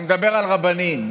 אני מדבר על רבנים.